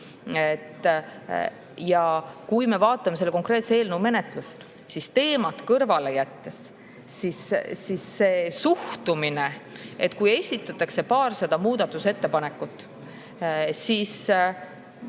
me vaatame selle konkreetse eelnõu menetlust, teemat kõrvale jättes, siis see suhtumine, et kui esitatakse paarsada muudatusettepanekut, siis